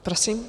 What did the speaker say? Prosím.